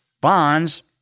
bonds